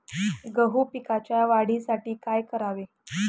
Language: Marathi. गहू पिकाच्या वाढीसाठी काय करावे?